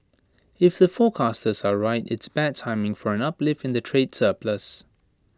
if the forecasters are right it's bad timing for an uplift in the trade surplus